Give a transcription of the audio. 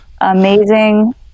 Amazing